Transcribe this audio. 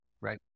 Right